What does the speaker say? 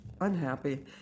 unhappy